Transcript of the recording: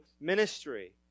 ministry